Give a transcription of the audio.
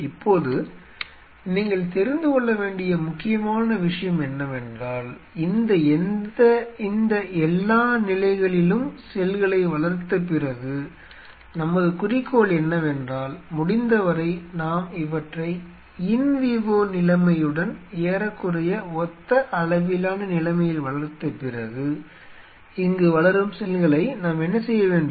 இப்போது நீங்கள் தெரிந்துகொள்ள வேண்டிய முக்கியமான விஷயம் என்னவென்றால் இந்த எல்லா நிலைகளிலும் செல்களை வளர்த்த பிறகு நமது குறிக்கோள் என்னவென்றால் முடிந்தவரை நாம் இவற்றை இன் விவோ நிலைமையுடன் ஏறக்குறைய ஒத்த அளவிலான நிலைமையில் வளர்த்தபிறகு இங்கு வளரும் செல்களை நாம் என்ன செய்ய வேண்டும்